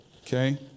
Okay